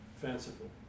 fanciful